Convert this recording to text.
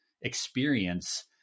experience